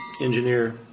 engineer